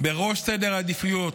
בראש סדר העדיפויות,